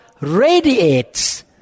radiates